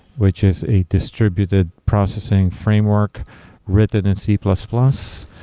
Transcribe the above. which is a distributed processing framework written in c plus plus.